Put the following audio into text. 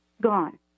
gone